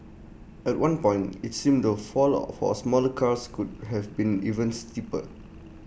at one point IT seemed the fall of for smaller cars could have been even steeper